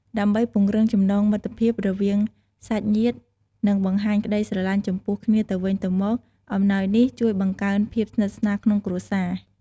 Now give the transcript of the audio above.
ដើម្បីពង្រឹងចំណងមិត្តភាពរវាងសាច់ញាតិ និងបង្ហាញក្តីស្រឡាញ់ចំពោះគ្នាទៅវិញទៅមក អំណោយនេះជួយបង្កើនភាពស្និទ្ធស្នាលក្នុងគ្រួសារ។